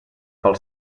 pel